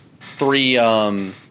three